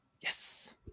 Yes